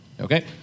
Okay